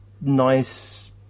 nice